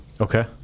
Okay